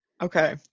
Okay